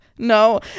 no